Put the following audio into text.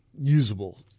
usable